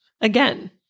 Again